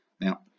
now